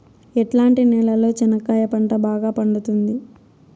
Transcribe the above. ఎట్లాంటి నేలలో చెనక్కాయ పంట బాగా పండుతుంది?